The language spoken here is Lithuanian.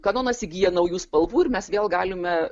kanonas įgyja naujų spalvų ir mes vėl galime